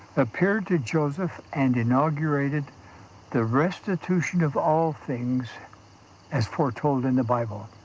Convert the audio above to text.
appeared to joseph and inaugurated the restitution of all things as foretold in the bible.